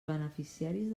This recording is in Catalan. beneficiaris